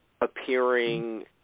appearing